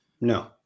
no